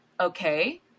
okay